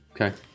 Okay